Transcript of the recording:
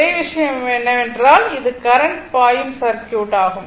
ஒரே விஷயம் என்னவென்றால் இது கரண்ட் பாயும் சர்க்யூட் ஆகும்